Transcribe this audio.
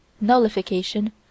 nullification